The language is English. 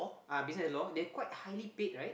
uh business and law they're quite highly paid right